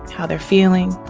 how they're feeling.